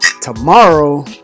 tomorrow